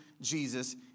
Jesus